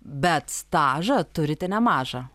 bet stažą turite nemažą